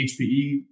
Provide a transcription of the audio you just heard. HPE